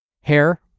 Hair